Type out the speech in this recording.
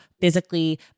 physically